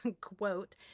quote